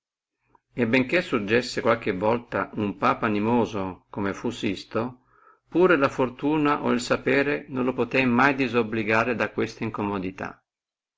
benché surgessi qualche volta uno papa animoso come fu sisto tamen la fortuna o il sapere non lo possé mai disobbligare da queste incomodità